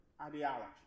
ideology